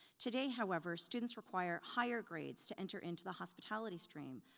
today, however, students require higher grades to enter into the hospitality stream,